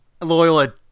Loyola